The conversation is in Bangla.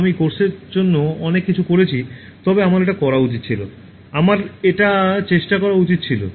আমি কোর্সের জন্য অনেক কিছু করেছি তবে আমার এটা করা উচিত ছিল আমার এটা চেষ্টা করা উচিত ছিল